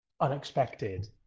unexpected